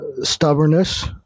stubbornness